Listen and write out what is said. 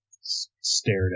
stared